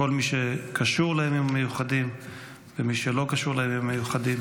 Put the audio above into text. מי שקשור לימים המיוחדים ומי שלא קשור לימים המיוחדים.